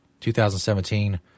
2017